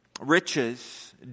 Riches